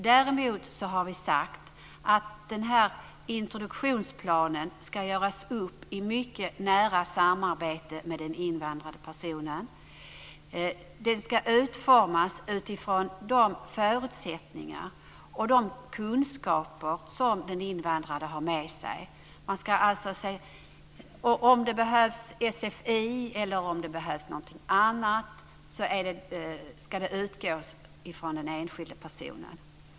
Däremot har vi sagt att introduktionsplanen ska göras upp i mycket nära samarbete med den invandrade personen. Den ska utformas utifrån de förutsättningar och de kunskaper som den invandrade har med sig. Behovet av sfi eller annat ska utgå från den enskilde personen.